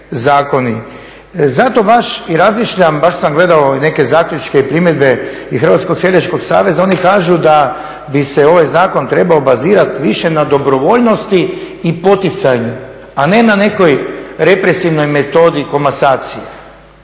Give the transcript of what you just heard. Zato baš i razmišljam baš sam gledao neke zaključke i primjedbe i Hrvatskog seljačkog saveza, oni kažu da bi se ovaj zakon trebao bazirati više na dobrovoljnosti i poticajan, a ne na nekoj represivnoj metodi komasacije.